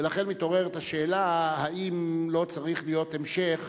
ולכן מתעוררת השאלה אם לא צריך להיות המשך,